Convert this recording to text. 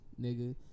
Nigga